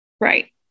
right